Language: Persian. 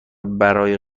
برای